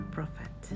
Prophet